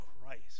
Christ